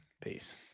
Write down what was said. Peace